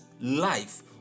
life